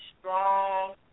strong